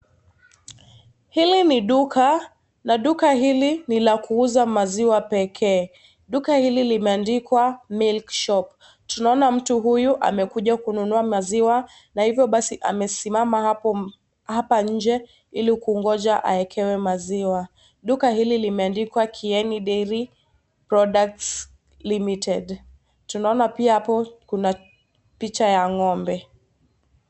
Hili ni duka na duka hili ni la kuuza maziwa pekee. Duka hili limeandikwa " milk shop . Tunaona mtu huyu amekuja kununua maziwa na hivyo basi amesimama hapa nje Ili kungoja aekewe maziwa. Duka hili limeandikwa "Kieni Dairy Products limited". Tunaona pia hapo kuna picha ya ng'ombe